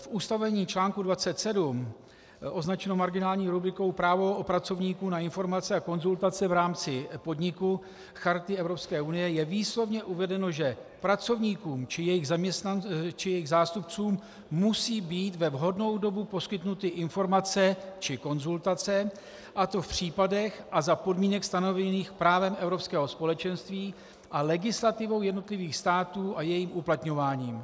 V ustanovení článku 27 označeného marginální rubrikou Právo pracovníků na informace a konzultace v rámci podniku Charty Evropské unie je výslovně uvedeno, že pracovníkům či jejich zástupcům musí být ve vhodnou dobu poskytnuty informace či konzultace, a to v případech a za podmínek stanovených právem Evropského společenství a legislativou jednotlivých států a jejím uplatňováním.